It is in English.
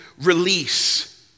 release